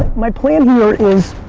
my plan here is,